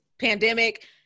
pandemic